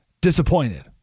Disappointed